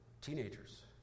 teenagers